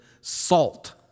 salt